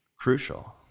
crucial